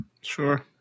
sure